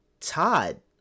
Todd